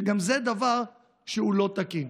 שגם זה דבר שהוא לא תקין.